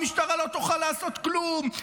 המשטרה לא תוכל לעשות כלום,